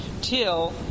till